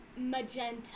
Magenta